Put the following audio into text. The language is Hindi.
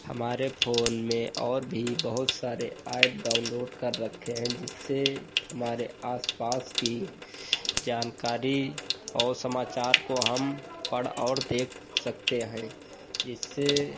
हमारे फ़ोन में और भी बहुत सारे ऐप डाउनलोड कर रखे हैं जिससे हमारे आसपास की जानकारी और समाचार को हम पढ़ और देख सकते हैं जिससे